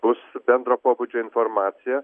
bus bendro pobūdžio informacija